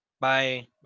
Bye